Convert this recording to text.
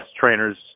trainers